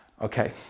Okay